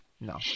No